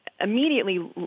immediately